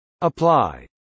Apply